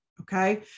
okay